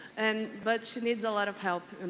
and, but she needs a lot of help, and